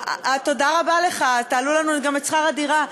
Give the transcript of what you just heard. אה, תודה רבה לך, תעלו לנו גם את שכר הדירה.